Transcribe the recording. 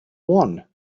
one